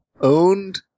owned